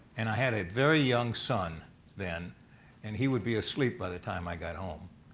and i had a very young son then and he would be asleep by the time i got home.